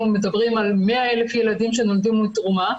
מדברים על 100,000 ילדים שנולדו מתרומה.